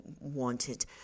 wanted